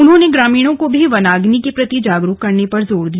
उन्होंने ग्रामीणों को भी वनाग्नि के प्रति जागरूक करने पर जोर दिया